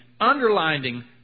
underlining